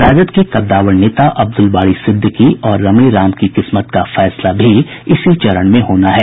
राजद के कद्दावर नेता अब्दुल बारी सिद्दिकी और रमई राम की किस्मत का फैसला भी इसी चरण में होना है